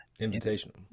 Invitational